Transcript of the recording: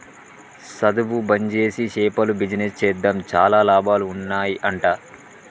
సధువు బంజేసి చేపల బిజినెస్ చేద్దాం చాలా లాభాలు ఉన్నాయ్ అంట